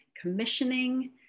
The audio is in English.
commissioning